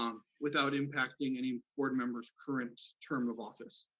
um without impacting any board member's current term of office.